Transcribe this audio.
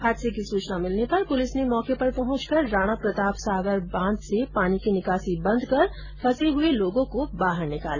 हादसे की सूचना मिलने पर पुलिस ने मौके पर पहुंचकर राणा प्रताप सागर बांध से पानी की निकासी बंद कर फंसे लोगो को बाहर निकाला